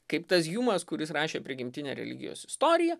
kaip tas hjumas kuris rašė prigimtinę religijos istoriją